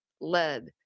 lead